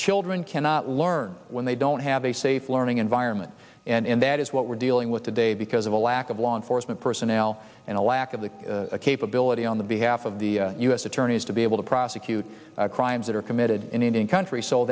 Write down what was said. children cannot learn when they don't have a safe learning environment and that is what we're dealing with today because of a lack of law enforcement personnel and a lack of the capability on the behalf of the u s attorneys to be able to prosecute crimes that are committed in indian country so